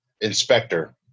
inspector